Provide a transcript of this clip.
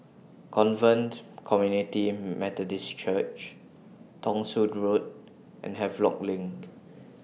Covenant Community Methodist Church Thong Soon Road and Havelock LINK